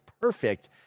perfect